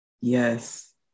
Yes